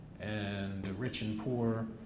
and the rich and poor,